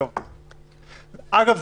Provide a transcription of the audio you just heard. אגב,